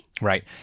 Right